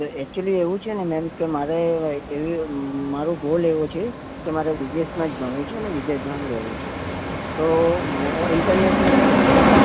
actually એવું છે ને મેમ કે મારે એવું મારો ગોલ એવો છે કે મારે વિદેશમાં જ ભણવું છે અને વિદેશમાં જ રહેવું છે તો હું ઇન્ટરનેશનલ